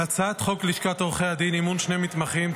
בהצעת חוק לשכת עורכי הדין (אימון שני מתמחים),